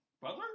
Butler